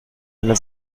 einer